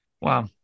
Wow